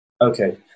Okay